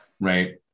right